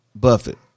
Buffett